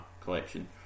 collection